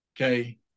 Okay